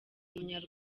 umuryango